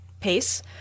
pace